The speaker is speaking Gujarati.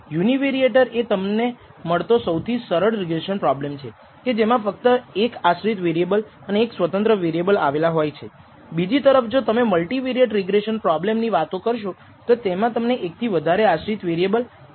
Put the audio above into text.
આપણે જોયું કે જ્યારે પણ આપણે નમૂનાનો સરેરાશ અંદાજ લગાવીએ છીએ ત્યારે ડેટા તેના પરિણામની ખૂબ જ ખરાબ સરેરાશ અંદાજમાં પરિણમી શકે છે